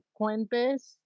Coinbase